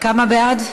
כמה בעד?